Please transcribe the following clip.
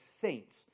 saints